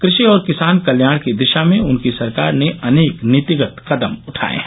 कृषि और किसान कल्याण की दिशा में उनकी सरकार ने अनेक नीतिगत कदम उठाये हैं